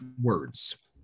Words